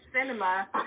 cinema